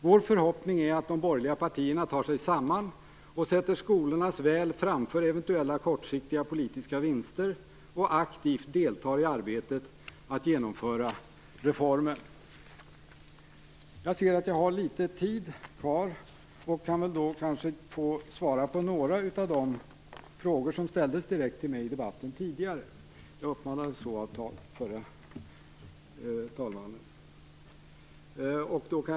Vår förhoppning är att de borgerliga partierna tar sig samman och sätter skolornas väl framför eventuella kortsiktiga politiska vinster och aktivt deltar i arbetet att genomföra reformen. Jag ser att jag har litet tid kvar och kan kanske svara på några av de frågor som ställdes direkt till mig i debatten. Jag uppmanades till det tidigare.